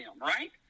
right